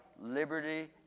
liberty